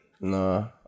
No